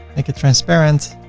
make it transparent,